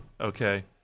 okay